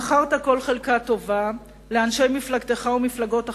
מכרת כל חלקה טובה לאנשי מפלגתך ומפלגות אחרות.